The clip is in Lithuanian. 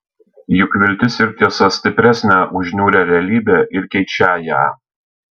juk viltis ir tiesa stipresnę už niūrią realybę ir keičią ją